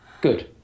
good